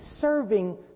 serving